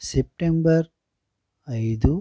September ఐదు